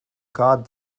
god